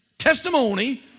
testimony